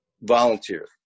Volunteer